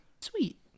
sweet